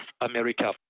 America